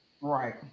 Right